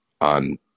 on